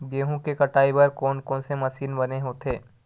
गेहूं के कटाई बर कोन कोन से मशीन बने होथे?